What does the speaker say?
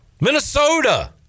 minnesota